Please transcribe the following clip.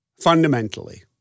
Fundamentally